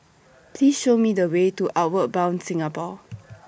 Please Show Me The Way to Outward Bound Singapore